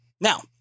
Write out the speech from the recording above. Now